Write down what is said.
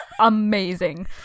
Amazing